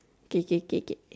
okay okay okay okay